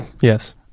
Yes